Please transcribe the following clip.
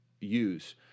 use